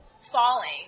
falling